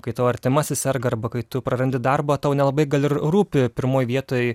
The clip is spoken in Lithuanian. kai tavo artimasis serga arba kai tu prarandi darbą tau nelabai gal rūpi pirmoj vietoj